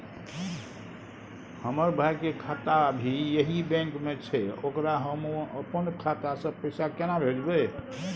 हमर भाई के खाता भी यही बैंक में छै ओकरा हम अपन खाता से पैसा केना भेजबै?